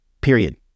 period